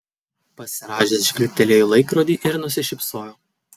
pasirąžęs žvilgtelėjo į laikrodį ir nusišypsojo